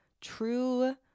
true